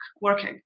working